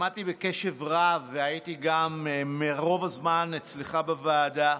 שמעתי בקשב רב, והייתי רוב הזמן אצלך בוועדה.